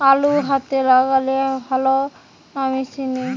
আলু হাতে লাগালে ভালো না মেশিনে?